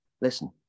listen